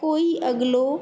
कोई अॻलो